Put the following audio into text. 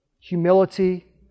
humility